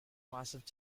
massive